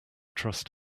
trust